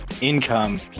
income